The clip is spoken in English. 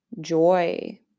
joy